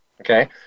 Okay